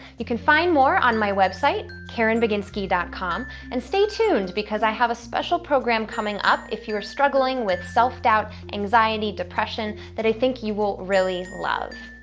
you can find more on my website carenbaginski dot com and stay tuned because i have a special program coming up if you are struggling with self-doubt, anxiety, depression that i think you will really love.